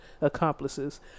accomplices